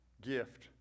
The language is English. gift